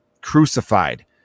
crucified